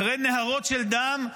אחרי נהרות של דם,